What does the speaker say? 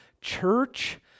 church